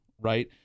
Right